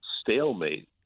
stalemate